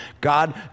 God